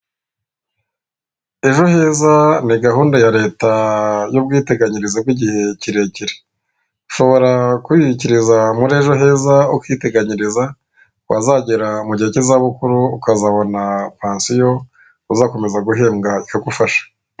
Ejo heza ni gahunda ya leta y'ubwiteganyirize bw'igihe kirekire ushobora kwibikiriza muri ejo heza ukiteganyiriza wazagera mu gihe cy'izabukuru ukazabona pansiyo uzakomeza guhembwa ikagufasha .